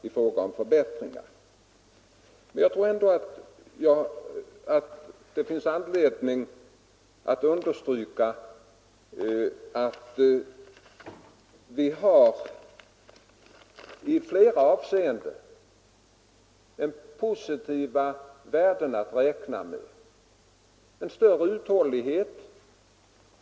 Jag tror ändå att det finns anledning att understryka att i flera avseenden har atomkraftverken positiva värden, t.ex. en större uthållighet.